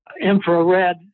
infrared